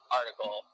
article